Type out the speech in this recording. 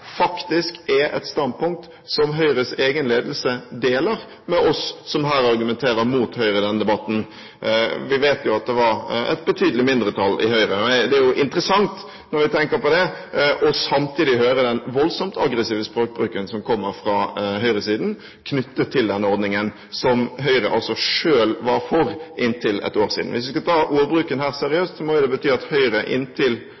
faktisk er et standpunkt som Høyres egen ledelse deler med oss som her argumenter mot Høyre, i denne debatten. Vi vet jo at det er et betydelig mindretall i Høyre. Det er interessant når vi tenker på det, og samtidig hører den voldsomt aggressive språkbruken som kommer fra høyresiden knyttet til denne ordningen, som Høyre altså selv var for inntil for et år siden. Hvis vi skal ta ordbruken her seriøst, må jo det bety at Høyre inntil